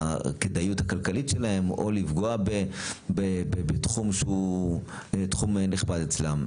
הכדאיות הכלכלית שלהם או לפגוע בתחום שהוא תחום נכבד אצלם.